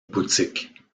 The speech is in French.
boutique